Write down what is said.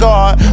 God